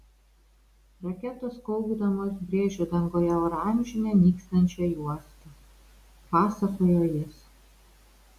raketos kaukdamos brėžė danguje oranžinę nykstančią juostą pasakojo jis